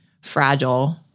fragile